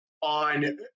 on